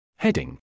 Heading